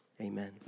Amen